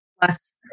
Plus